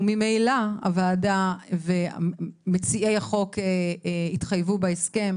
וממילא הוועדה ומציעי החוק התחייבו בהסכם